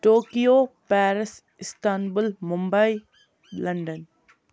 Tokyo Paris Istanbul Mumbai London